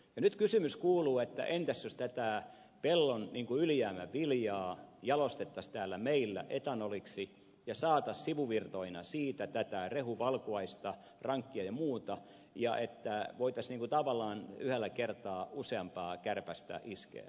nyt kysymys kuuluu että entäs jos tätä pellon ylijäämäviljaa jalostettaisiin täällä meillä etanoliksi ja saataisiin sivuvirtoina siitä tätä rehuvalkuaista rankkia ja muuta ja että voitaisiin tavallaan yhdellä kertaa useampaa kärpästä iskeä